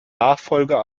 nachfolger